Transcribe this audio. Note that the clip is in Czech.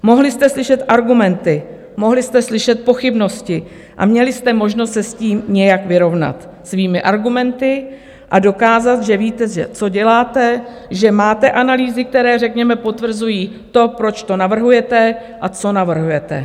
Mohli jste slyšet argumenty, mohli jste slyšet pochybnosti a měli jste možnost se s tím nějak vyrovnat svými argumenty a dokázat, že víte, co děláte, že máte analýzy, které řekněme potvrzují to, proč to navrhujete a co navrhujete.